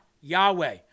Yahweh